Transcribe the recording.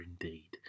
indeed